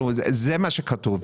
זה מה שכתוב.